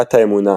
"קהילת האמונה",